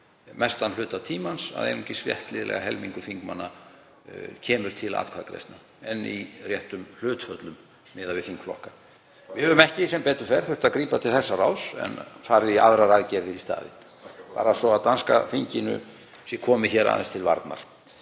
mestan hluta tímans að einungis rétt liðlega helmingur þingmanna kemur til atkvæðagreiðslu en í réttum hlutföllum miðað við þingflokka. Við höfum sem betur fer ekki þurft að grípa til þessa ráðs en höfum farið í aðrar aðgerðir í staðinn, bara svo að danska þinginu sé komið hér aðeins til varnar.